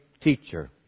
teacher